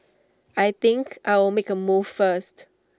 I think I'll make A move first